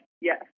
yes